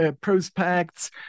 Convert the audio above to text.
prospects